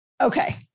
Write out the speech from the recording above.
okay